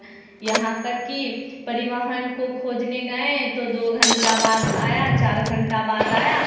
यहाँ तक की परिवहन को खोजने गएँ तो दो घंटा बाद आया चार घंटा बाद आया